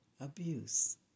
abuse